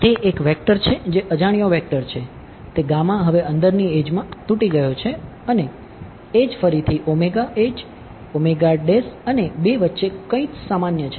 તે એક વેક્ટર છે જે અજાણ્યો વેક્ટર છે તે હવે અંદરની એડ્જમાં તૂટી ગયો છે અને એજ ફરીથી અને એડ્જ અને 2 વચ્ચે કંઈક સામાન્ય છે